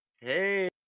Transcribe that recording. hey